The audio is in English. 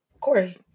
Corey